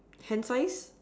hence wise